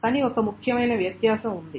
కానీ ఒక ముఖ్యమైన వ్యత్యాసం ఉంది